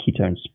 ketones